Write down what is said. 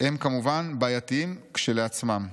הם כמובן בעייתיים כשלעצמם.